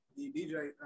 DJ